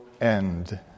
end